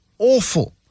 awful